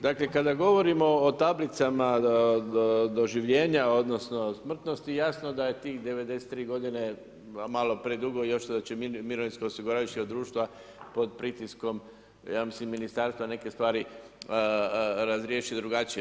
Dakle, kada govorimo o tablicama doživljenja odnosno smrtnosti jasno da je tih 93 godine malo predugo još da će mirovinska osiguravajuća društva pod pritiskom ja mislim ministarstva neke stvari razriješiti drugačije.